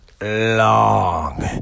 long